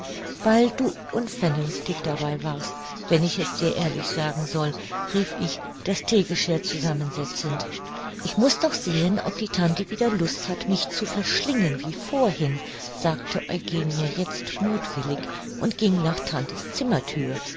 weil du unvernünftig dabei warst wenn ich es dir ehrlich sagen soll rief ich das theegeschirr zusammen setzend ich muß doch sehen ob tante wieder lust hat mich zu verschlingen wie vorhin sagte eugenie jetzt muthwillig und ging nach tante's zimmerthür